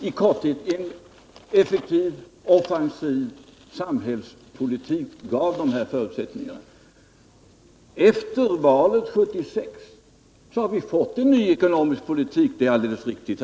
I korthet: En effektiv, offensiv samhällspolitik gav dessa förutsättningar. Efter valet 1976 har vi fått en ny ekonomisk politik — det är alldeles riktigt.